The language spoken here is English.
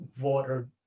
water